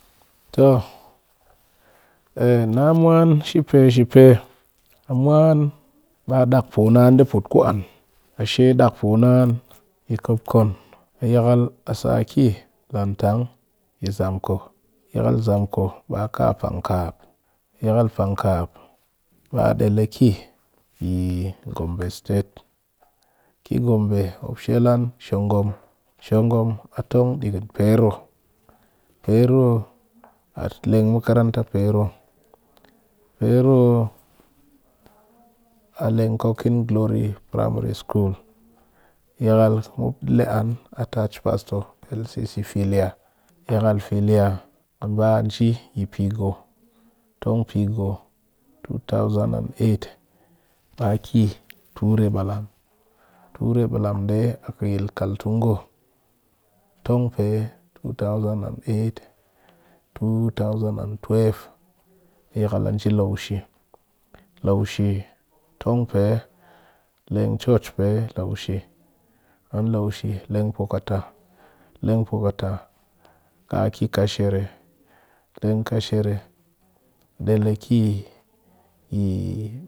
To na mwan shi pe she pe a mwan ba dak poo naan nde put an a she dak poo naan yi kopkon a yakal a saki yi lant ang zamko yakal zamko ba ka pankap yakal pankap ba del a ki yi gombe state mop shel an yi shongom, shongom a tong dighin piro a leng mɨkeranta pero a leng mikeranta piro leng cocin glory primary school yakal mop le an attach pastor lcc filiya a ba nje yi pigo ba ki ture balm a yil kaltongo tong pe yakal a nje lushe tong leng church pe lushe lengpukuta ka ki kashere.